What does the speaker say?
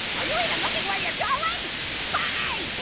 are you even looking where you're going? spike!